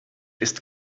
ist